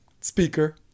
speaker